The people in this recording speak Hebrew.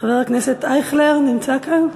חבר הכנסת אייכלר, נמצא כאן?